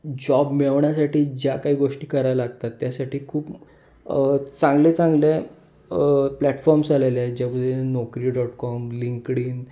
job मिळवण्यासाठी ज्या काही गोष्टी करायला लागतात त्यासाठी खूप चांगले चांगले प्लॅटफॉम्स आलेले आहेत ज्या नोकरी डॉट कॉम लिंकडइन